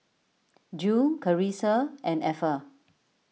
Jule Carisa and Effa